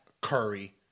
curry